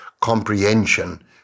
comprehension